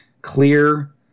clear